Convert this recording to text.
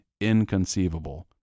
inconceivable